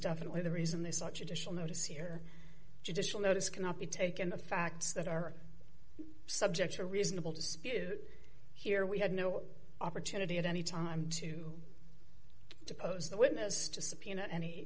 definitely the reason this such additional notice here judicial notice cannot be taken the facts that are subject to reasonable dispute here we had no opportunity at any time to depose the witness to subpoena any